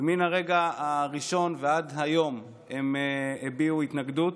ומן הרגע הראשון ועד היום הם הביעו התנגדות.